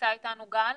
נמצא איתנו גל?